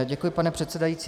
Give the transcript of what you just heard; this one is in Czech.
Děkuji, pane předsedající.